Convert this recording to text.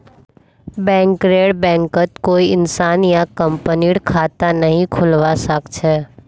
बैंकरेर बैंकत कोई इंसान या कंपनीर खता नइ खुलवा स ख छ